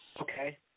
Okay